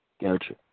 Gotcha